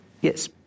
Yes